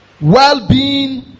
well-being